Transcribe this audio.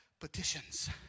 petitions